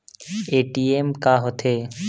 ATM का होथे?